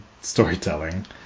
storytelling